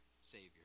Savior